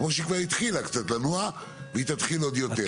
כמו שהיא כבר התחילה קצת לנוע והיא תתחיל עוד יותר.